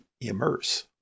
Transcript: immerse